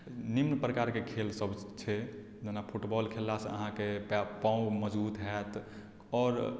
निम्न प्रकारके खेलसभ छै जेना फुटबॉल खेललासँ अहाँके पै पाँव मजबूत होयत आओर